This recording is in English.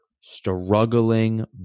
struggling